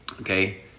Okay